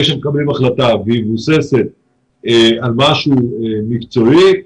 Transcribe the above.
שמקבלים החלטה והיא מבוססת על משהו מקצועי,